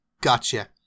gotcha